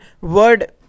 word